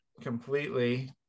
completely